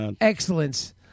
Excellence